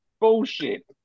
bullshit